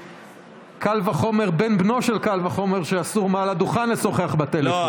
קל וחומר בן בנו של קל וחומר שאסור מעל הדוכן לשוחח בטלפון.